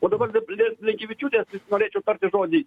o dabar dėl bl dėl blinkevičiūtės norėčiau tarti žodį